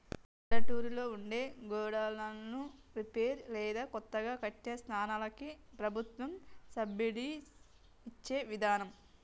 పల్లెటూళ్లలో ఉండే గోడన్లను రిపేర్ లేదా కొత్తగా కట్టే సంస్థలకి ప్రభుత్వం సబ్సిడి ఇచ్చే విదానం